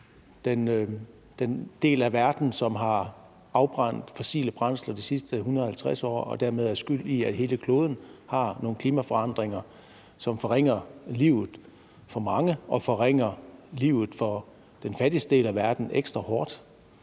den del af verden, som har afbrændt fossile brændsler de sidste 150 år og dermed er skyld i, at hele kloden har nogle klimaforandringer, som forringer livet for mange og forringer livet for den fattigste del af verdens